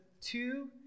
two